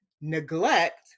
neglect